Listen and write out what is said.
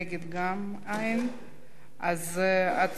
מתנגדים, אין נמנעים.